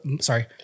sorry